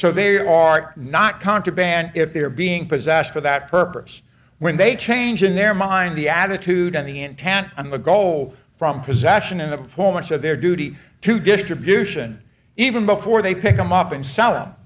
so they law are not contraband if they're being possessed for that purpose when they change in their mind the attitude and the intent and the goal from possession in the performance of their duty to distribution even before they pick them up and sell them